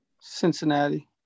Cincinnati